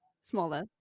smaller